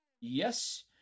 yes